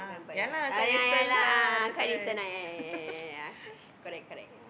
but ya ya ya lah quite recent lah ya ya ya ya ya ya correct correct ya